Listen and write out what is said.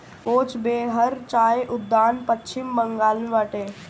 कोच बेहर चाय उद्यान पश्चिम बंगाल में बाटे